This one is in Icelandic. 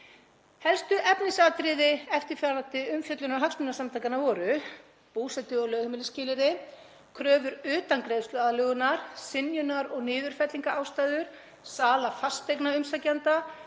Helstu efnisatriði eftirfarandi umfjöllunar hagsmunasamtakanna voru: Búsetu- og lögheimilisskilyrði, kröfur utan greiðsluaðlögunar, synjunar- og niðurfellingarástæður, sala fasteigna umsækjenda,